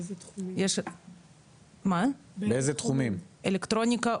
בנושאים של אלקטרוניקה,